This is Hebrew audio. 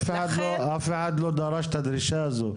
אף אחד לא דרש את הדרישה הזאת.